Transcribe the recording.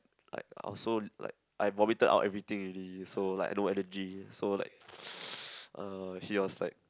like I was so I vomited out everything already so I like no energy so like uh he was like